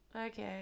okay